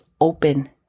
open